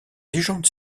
légendes